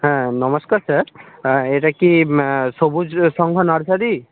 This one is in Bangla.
হ্যাঁ নমস্কার স্যার এটা কি সবুজ সংঘ নার্সারি